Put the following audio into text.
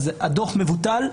אז הדוח מבוטל,